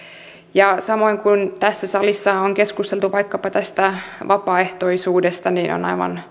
ja samoin kuin tässä salissa on keskusteltu vaikkapa tästä vapaaehtoisuudesta niin on